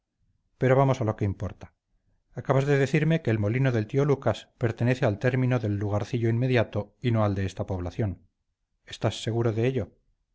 pero vamos a lo que importa acabas de decirme que el molino del tío lucas pertenece al término del lugarcillo inmediato y no al de esta población estás seguro de ello